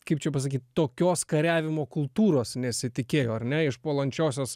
kaip čia pasakyt tokios kariavimo kultūros nesitikėjo ar ne iš puolančiosios